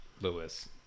Lewis